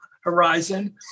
horizon